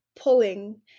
pulling